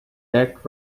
jack